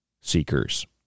seekers